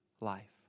life